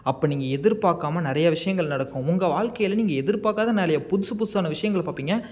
அப்போ நீங்கள் எதிர்ப்பாக்காமல் நிறைய விஷயங்கள் நடக்கும் உங்கள் வாழ்க்கையில் நீங்கள் எதிர்ப்பாக்காத நாள் புதுசு புதுசான விஷயங்களை பார்ப்பிங்க